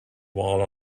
while